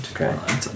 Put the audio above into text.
Okay